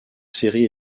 séries